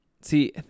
See